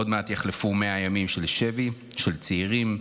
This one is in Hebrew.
עוד מעט יחלפו 100 ימים של שבי של צעירים,